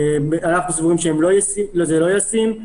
אנחנו סבורים שזה לא ישים,